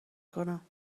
کنم